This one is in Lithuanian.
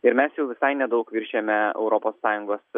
ir mes jau visai nedaug viršijame europos sąjungos